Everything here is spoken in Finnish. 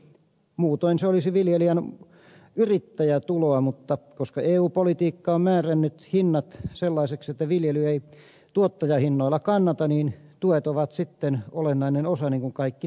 muutoin se olisi viljelijän yrittäjätuloa mutta koska eu politiikka on määrännyt hinnat sellaisiksi että viljely ei tuottajahinnoilla kannata niin tuet ovat sitten olennainen osa niin kuin kaikki tiedämme